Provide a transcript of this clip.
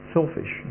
Selfish